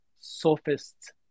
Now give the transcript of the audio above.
sophists